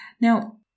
Now